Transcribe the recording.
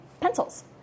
pencils